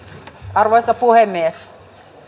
arvoisa puhemies